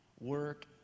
Work